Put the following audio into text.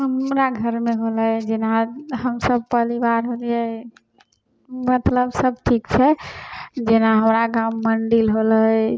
हमरा घरमे होलै जेना हमसब परिवार होलिए मतलब सब ठीक छै जेना हमरा गाम मन्डिल होलै